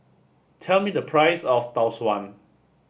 tell me the price of Tau Suan